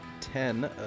ten